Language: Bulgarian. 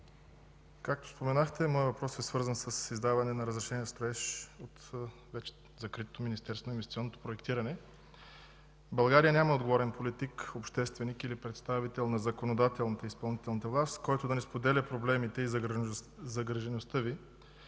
Както споменахте, моят въпрос е свързан с издаване на разрешение за строеж от вече закритото Министерство на инвестиционното проектиране. В България няма отговорен политик, общественик или представител на законодателната или изпълнителната власт, който да не споделя проблемите и загрижеността Ви